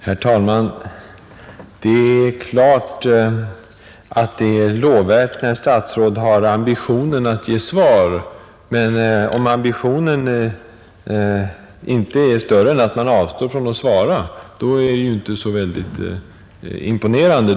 Herr talman! Det är givetvis lovvärt när ett statsråd har ambitionen att ge snabba svar, men om ambitionen inte är större än att man avstår från att svara i sak, är det ju inte så väldigt imponerande.